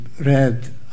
read